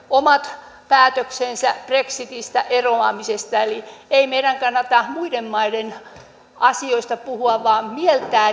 omat päätöksensä brexitistä eroamisesta eli ei meidän kannata muiden maiden asioista puhua vaan mieltää